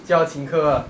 叫他请客 ah